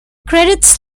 credits